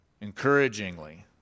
encouragingly